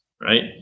right